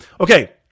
Okay